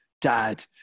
dad